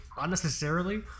unnecessarily